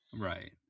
right